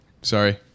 sorry